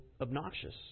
obnoxious